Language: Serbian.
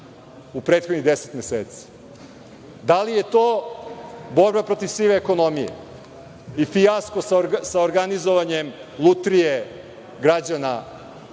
u prethodnih deset meseci? Da li je to borba protiv sive ekonomije i fijasko sa organizovanjem lutrije građana